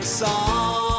song